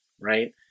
right